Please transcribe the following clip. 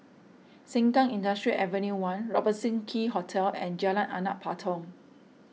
Sengkang Industrial Avenue one Robertson Quay Hotel and Jalan Anak Patong